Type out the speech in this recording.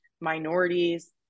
minorities